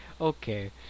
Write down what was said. Okay